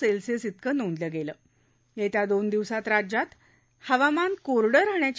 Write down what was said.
Celsius इतकं नोंदलं गेलंयेत्या दोन दिवसात राज्यात हवामान कोरडं राहण्याची